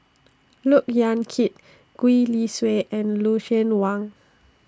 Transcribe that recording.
Look Yan Kit Gwee Li Sui and Lucien Wang